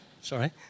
Sorry